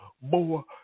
more